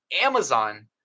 Amazon